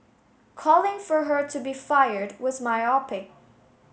calling for her to be fired was myopic